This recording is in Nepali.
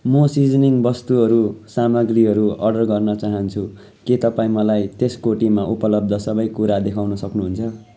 मो सिजनिङ वस्तुहरू सामग्रीहरू अर्डर गर्न चाहन्छु के तपाईँ मलाई त्यस कोटीमा उपलब्ध सबै कुरा देखाउन सक्नुहुन्छ